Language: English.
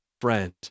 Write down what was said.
friend